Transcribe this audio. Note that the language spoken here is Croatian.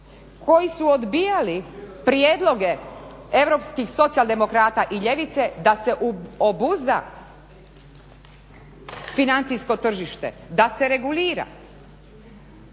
koji su odbijali prijedloge europskih socijaldemokrata i ljevice da se obuzda financijsko tržište, da se regulira.